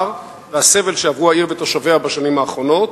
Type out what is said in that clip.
והסבל שעברו העיר ותושביה בשנים האחרונות?